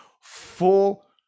full